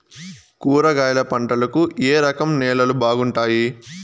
కూరగాయల పంటలకు ఏ రకం నేలలు బాగుంటాయి?